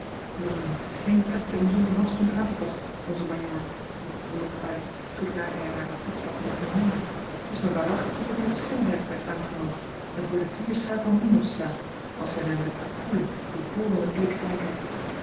br geen katje om zonder handschoenen aan te tasten onze majoor riep rudolf uit zoodra hij hare voetstappen niet meer hoorde t is me waarachtig of ik in t schimmenrijk ben aangeland en voor de vierschaar van minos sta als zij mij met haar koelen doorborenden blik aankijkt